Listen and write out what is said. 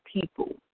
people